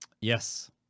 Yes